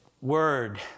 word